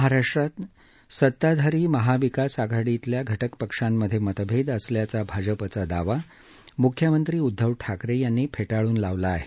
महाराष्ट्रातल्या सताधारी महाविकास आघाडीतल्या घटक पक्षांमधे मतभेद असल्याचा भाजपाचा दावा मुख्यमंत्री उद्धव ठाकरे यांनी फेटाळून लावला आहे